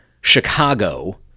Chicago